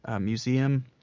museum